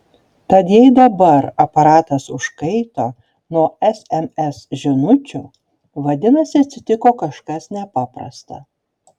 tad jei dabar aparatas užkaito nuo sms žinučių vadinasi atsitiko kažkas nepaprasta